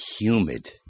humid